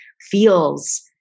feels